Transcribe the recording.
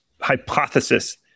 hypothesis